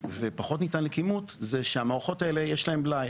ופחות ניתן לכימות, הוא שלמערכות האלה יש בלאי.